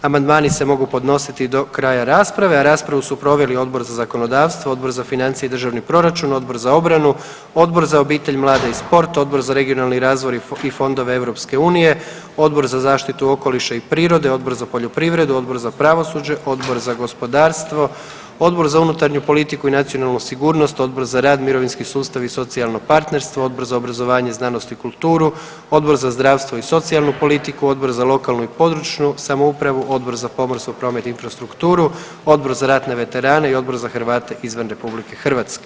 Amandmani se mogu podnositi do kraja rasprave, a raspravu su proveli Odbor za zakonodavstvo, Odbor za financije i državni proračun, Odbor za obranu, Odbor za obitelj, mlade i sport, Odbor za regionalni razvoj i fondove EU, Odbor za zaštitu okoliša i prirode, Odbor za poljoprivredu, Odbor za pravosuđe, Odbor za gospodarstvo, Odbor za unutarnju politiku i nacionalnu sigurnost, Odbor za rad, mirovinski sustav i socijalno partnerstvo, Odbor za obrazovanje, znanost i kulturu, Odbor za zdravstvo i socijalnu politiku, Odbor za lokalnu i područnu samoupravu, Odbor za pomorstvo, promet i infrastrukturu, Odbor za ratne veterane i Odbor za Hrvate izvan RH.